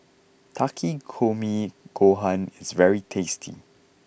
Takikomi Gohan is very tasty